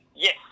Yes